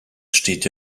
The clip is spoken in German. steht